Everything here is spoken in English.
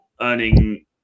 earning